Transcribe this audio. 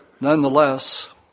Nonetheless